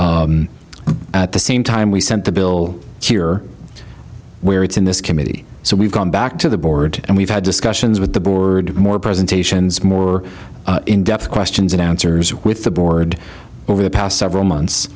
proceed at the same time we sent the bill cure it we are it's in this committee so we've gone back to the board and we've had discussions with the board more presentations more in depth questions and answers with the board over the past several months